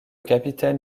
capitaine